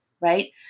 right